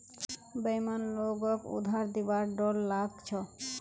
बेईमान लोगक उधार दिबार डोर लाग छ